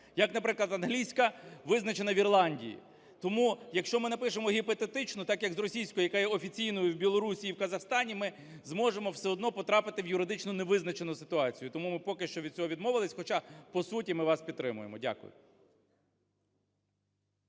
як, наприклад, англійська визначена в Ірландії. Тому, якщо ми напишемо гіпотетично так, як з російською, яка є офіційною в Білорусі і в Казахстані, ми зможемо все одно потрапити в юридично невизначену ситуацію. Тому ми поки що від цього відмовились. Хоча по суті ми вас підтримуємо. Дякую.